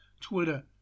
Twitter